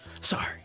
Sorry